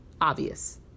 obvious